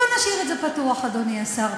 בוא נשאיר את זה פתוח, אדוני השר.